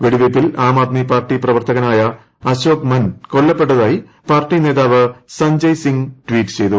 വെടിവയ്പിൽ Aam Aadmi party പ്രവർത്തകനായ അശോക് മൻ കൊല്ലപ്പെട്ടതായി party നേതാവ് സജ്ജയ് സിംഗ് ട്വീറ്റ് ചെയ്തു